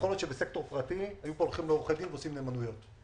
שבסקטור פרטי היו הולכים לעורכי דין ועושים נאמנויות.